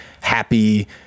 happy